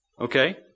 Okay